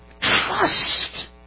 trust